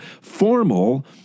formal